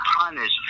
punished